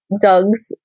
Dogs